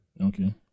okay